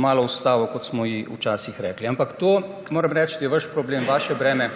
malo ustavo, kot smo ji včasih rekli. Ampak to, moram reči, je vaš problem, vaše breme,